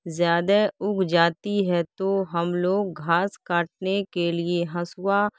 زیادہ اگ جاتی ہے تو ہم لوگ گھاس کاٹنے کے لیے ہسوا